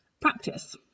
practice